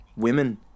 women